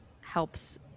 helps